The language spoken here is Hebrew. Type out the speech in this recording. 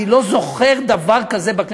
אני לא זוכר דבר כזה בכנסת.